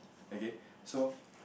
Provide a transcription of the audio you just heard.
okay so